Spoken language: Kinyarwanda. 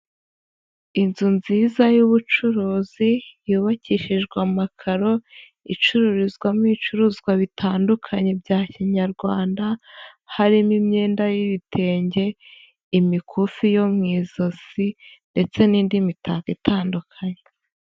Inzu nziza y'ubucuruzi yubakishijwe amakaro, icururizwamo ibicuruzwa bitandukanye bya kinyarwanda, harimo imyenda y'ibitenge, imikufi yo mu ijosi ndetse n'indi mitako itandukanye.